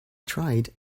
tried